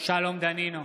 שלום דנינו,